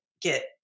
get